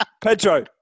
Pedro